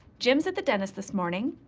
jim's at the dentist this morning,